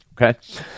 Okay